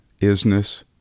isness